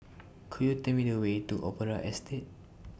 Could YOU Tell Me The Way to Opera Estate